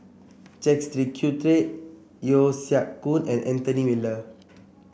Jacques De Coutre Yeo Siak Goon and Anthony Miller